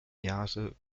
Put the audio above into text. jahre